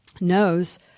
knows